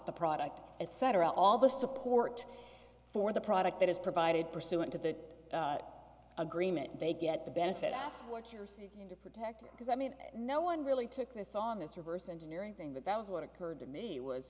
the product etc all the support for the product that is provided pursuant to that agreement they get the benefit of what you're seeing to protect because i mean no one really took this on this reverse engineering thing but that was what occurred to me was